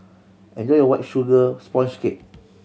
enjoy your White Sugar Sponge Cake